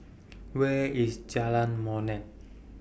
Where IS Jalan Molek